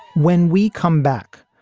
when we come back,